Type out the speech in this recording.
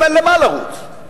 גם אין למה לרוץ.